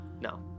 No